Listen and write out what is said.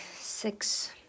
six